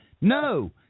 No